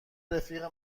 رفیق